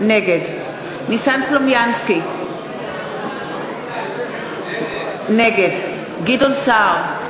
נגד ניסן סלומינסקי, נגד גדעון סער,